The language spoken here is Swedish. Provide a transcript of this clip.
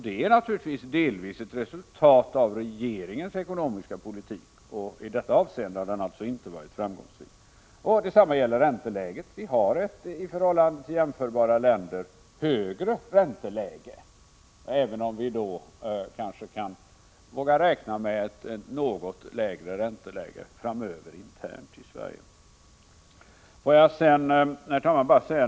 Det är naturligtvis delvis ett resultat av regeringens ekonomiska politik, och i detta avseende har den alltså inte varit framgångsrik. Detsamma gäller ränteläget. Vi har ett i förhållande till jämförbara länder högre ränteläge — även om vi kan våga räkna med ett något lägre ränteläge internt i Sverige framöver. Herr talman!